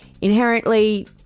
inherently